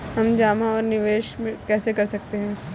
हम जमा और निवेश कैसे कर सकते हैं?